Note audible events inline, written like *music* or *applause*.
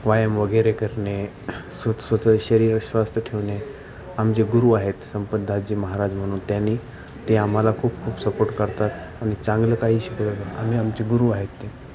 व्यायाम वगैरे करणे स्वतः स्वतः शरीर स्वस्थ ठेवणे आमचे गुरू आहेत संपतदासजी महाराज म्हणून त्यांनी ते आम्हाला खूप खूप सपोर्ट करतात आणि चांगलं काही *unintelligible* आम्ही आमचे गुरू आहेत ते